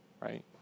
right